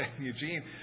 Eugene